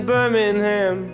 Birmingham